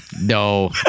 No